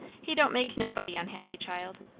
he don't make nobody unhappy, child.